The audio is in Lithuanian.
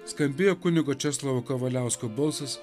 skambėjo kunigo česlovo kavaliausko balsas